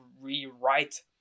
rewrite